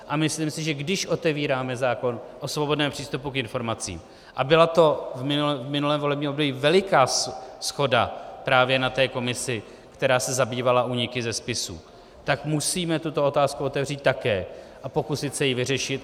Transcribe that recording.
A myslím si, že když otevíráme zákon o svobodném přístupu k informacím, a byla to v minulém volebním období veliká shoda právě na té komisi, která se zabývala úniky ze spisů, tak musíme tuto otázku otevřít také a pokusit se ji vyřešit.